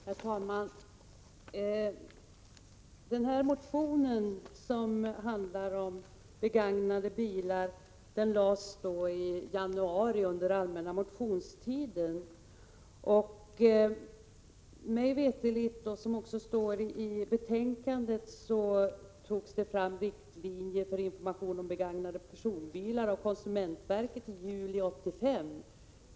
Herr talman! Denna motion som handlar om begagnade bilar lades fram under den allmänna motionstiden i januari. Mig veterligt, och som det också står i betänkandet, tog konsumentverket i juli 1985 fram riktlinjer för information om begagnade personbilar.